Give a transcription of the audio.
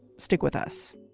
stick with us